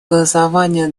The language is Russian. голосование